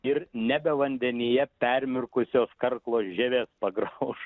ir nebe vandenyje permirkusios karklo žievės pagrauš